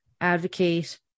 advocate